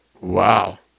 Wow